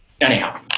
anyhow